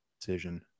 decision